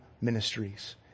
ministries